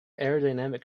aerodynamic